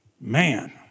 Man